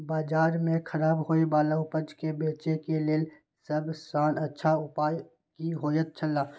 बाजार में खराब होय वाला उपज के बेचे के लेल सब सॉ अच्छा उपाय की होयत छला?